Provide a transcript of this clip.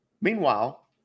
Meanwhile